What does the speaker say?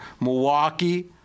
Milwaukee